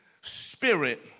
spirit